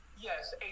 yes